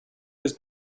was